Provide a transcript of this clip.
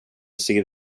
see